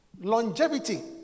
Longevity